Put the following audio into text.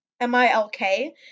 M-I-L-K